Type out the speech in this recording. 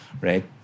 right